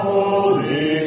Holy